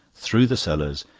through the cellars,